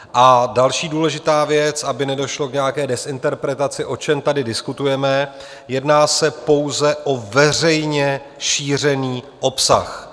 A další důležitá věc, aby nedošlo k nějaké dezinterpretaci o čem tady diskutujeme, jedná se pouze o veřejně šířený obsah.